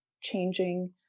changing